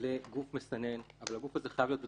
לגוף מסנן, אבל הגוף הזה חייב להיות במשרד.